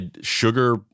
Sugar